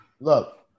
Look